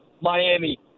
Miami